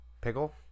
pickle